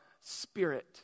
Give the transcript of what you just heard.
Spirit